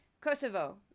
Kosovo